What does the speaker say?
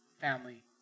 family